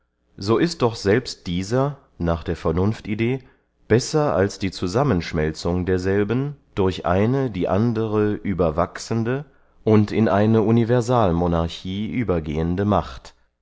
so ist doch selbst dieser nach der vernunftidee besser als die zusammenschmelzung derselben durch eine die andere überwachsende und in eine universalmonarchie übergehende macht